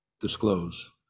disclose